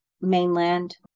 mainland